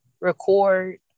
record